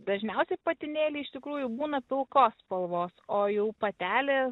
dažniausiai patinėliai iš tikrųjų būna pilkos spalvos o jau patelė